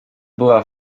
była